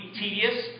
tedious